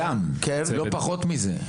זה לא פחות מזה.